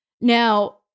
Now